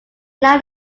now